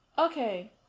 Okay